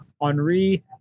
Henri